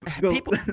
People